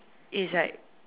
it's like